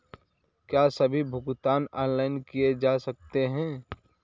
क्या सभी भुगतान ऑनलाइन किए जा सकते हैं?